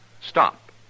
stop